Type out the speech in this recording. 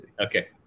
Okay